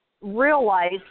realize